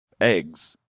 Eggs